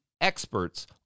experts